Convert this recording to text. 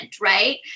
right